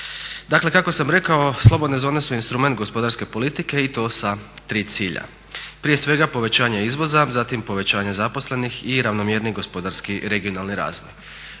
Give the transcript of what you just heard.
Dakle, kako sam rekao slobodne zone su instrument gospodarske politike i to sa 3 cilja. Prije svega povećanje izvoza, zatim povećanje zaposlenih i ravnomjerniji gospodarski regionalni razvoj.